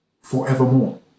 forevermore